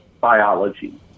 biology